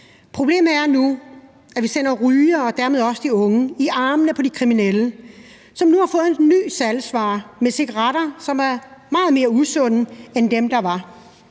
rygere og dermed også de unge i armene på de kriminelle, som nu har fået en ny salgsvare i form af cigaretter, som er meget mere usunde end dem, der var